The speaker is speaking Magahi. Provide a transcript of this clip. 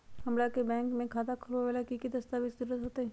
हमरा के बैंक में खाता खोलबाबे ला की की दस्तावेज के जरूरत होतई?